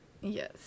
Yes